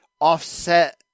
offset